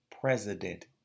president